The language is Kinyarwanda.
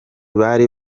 bari